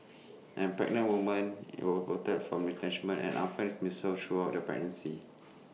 and pregnant woman will protected from retrenchment and unfair dismissal throughout the pregnancy